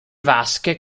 vasche